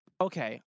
Okay